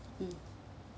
mm